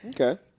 Okay